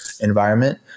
environment